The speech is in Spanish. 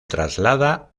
traslada